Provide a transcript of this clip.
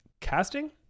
casting